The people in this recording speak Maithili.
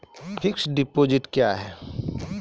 फिक्स्ड डिपोजिट क्या हैं?